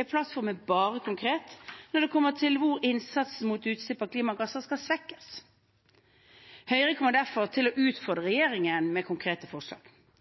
er plattformen bare konkret når det kommer til hvor innsatsen mot utslipp av klimagasser skal svekkes. Høyre kommer derfor til å utfordre regjeringen med konkrete forslag.